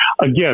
Again